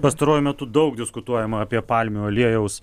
pastaruoju metu daug diskutuojama apie palmių aliejaus